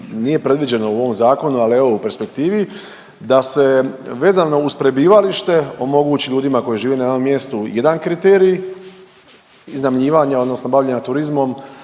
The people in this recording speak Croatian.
nije predviđeno u ovom zakonu, ali evo u perspektivi da se vezano uz prebivalište omogući ljudima koji žive na jednom mjestu jedan kriterij iznajmljivanja, odnosno bavljenja turizmom,